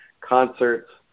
concerts